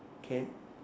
can